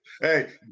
Hey